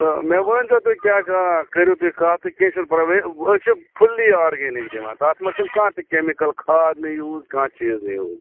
تہٕ مےٚ ؤنۍ زیٚو تُہۍ کیٛاہ کار کٔریُو تُہۍ کَتھ تہِ کیٚنہہ چھُنہٕ پرواے أسۍ چھِ فُلی آگٔنِگ دِوان تَتھ منٛز چھِنہٕ کانٛہہ تہِ کٮ۪مِکَل کھاد نہٕ یوٗز کیٚنہہ چیٖز نہٕ یوٗز